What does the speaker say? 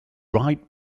right